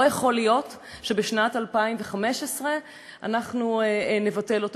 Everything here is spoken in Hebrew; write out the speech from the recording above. לא יכול להיות שבשנת 2015 אנחנו נבטל אותו.